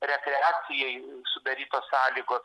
rekreacijai sudarytos sąlygos